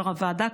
יו"ר הוועדה,